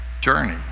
journey